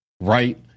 right